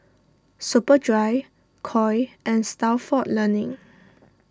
Superdry Koi and Stalford Learning